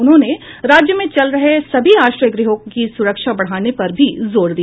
उन्होंने राज्य में चल रहे सभी आश्रय गृहों की सुरक्षा बढ़ाने पर भी जोर दिया